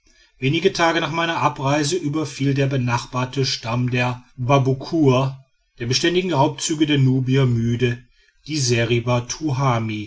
wenige tage nach meiner abreise überfiel der benachbarte stamm der babuckur der beständigen raubzüge der nubier müde die seriba tuhami